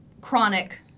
chronic